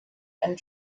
and